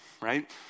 Right